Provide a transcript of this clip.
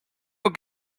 will